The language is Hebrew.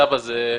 הצו הזה,